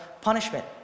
punishment